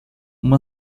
uma